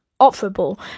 operable